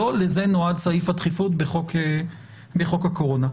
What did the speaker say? לא לזה נועד סעיף הדחיפות בחוק הקורונה.